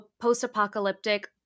post-apocalyptic